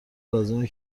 لازمه